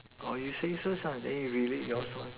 or you say first lah then you relate yours lor